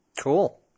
Cool